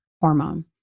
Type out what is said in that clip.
hormone